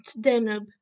Danube